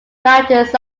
mountains